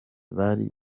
bari